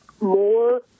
more